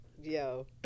Yo